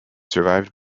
survived